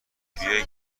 توی